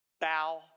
Bow